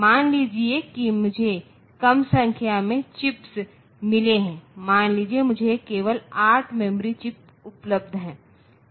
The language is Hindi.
मान लीजिए कि मुझे कम संख्या में चिप्स मिले हैं मान लीजिए मुझे केवल 8 मेमोरी चिप्स उपलब्ध हैं